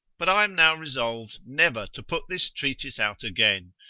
but i am now resolved never to put this treatise out again,